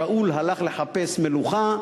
שאול הלך לחפש מלוכה,